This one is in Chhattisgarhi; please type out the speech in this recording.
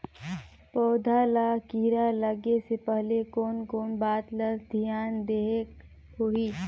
पौध ला कीरा लगे से पहले कोन कोन बात ला धियान देहेक होही?